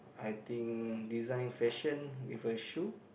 I think design fashion with her shoe